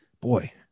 boy